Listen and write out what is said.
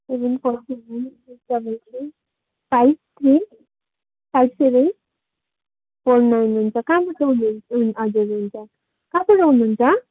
seven four seven six double three five three five seven four nine हुन्छ कहाँबाट हुनु हुन् हजुर हुन्छ कहाँबाट आउनु हुन्छ